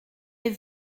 est